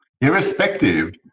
Irrespective